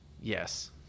Yes